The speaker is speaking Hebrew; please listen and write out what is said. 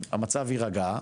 המצב יירגע,